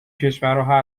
کشورها